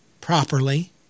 properly